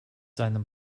seinem